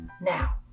now